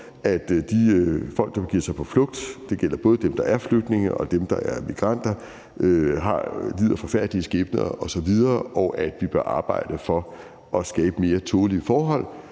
at de folk, der begiver sig på flugt – det gælder både dem, der er flygtninge, og dem, der er migranter – lider forfærdelige skæbner osv., og at vi bør arbejde for at skabe mere tålelige forhold.